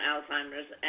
Alzheimer's